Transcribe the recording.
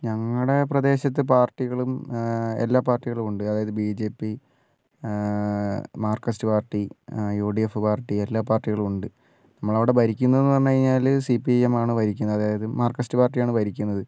ഞങ്ങടെ പ്രദേശത്ത് പാർട്ടികളും എല്ലാ പാർട്ടികളും ഉണ്ട് അതായത് BJP Marxist party UDF party എല്ലാ പാർട്ടികളും ഉണ്ട് നമ്മളെ അവിടെ ഭരിക്കുന്നത് എന്ന് പറഞ്ഞു കഴിഞ്ഞാല് സിപിഎം ആണ് ഭരിക്കുന്നത് അതായത് മാർകസ്റ്റ് പാർട്ടിയാണ് ഭരിക്കുന്നത്